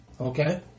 Okay